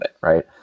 right